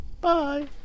bye